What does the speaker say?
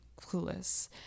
clueless